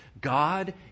God